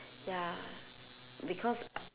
ya because I